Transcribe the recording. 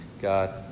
God